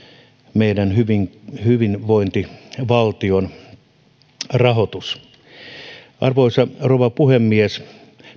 meidän hyvinvointivaltion rahoituksen arvoisa rouva puhemies